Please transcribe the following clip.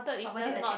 opposite attracts